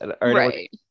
Right